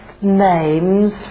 names